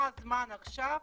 מה הזמן עכשיו?